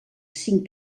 cinc